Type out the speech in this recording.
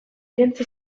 irentsi